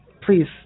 Please